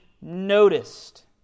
noticed